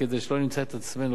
כדי לא נמצא את עצמנו,